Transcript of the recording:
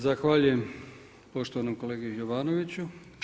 Zahvaljujem poštovanom kolegi Jovanoviću.